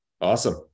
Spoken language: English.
awesome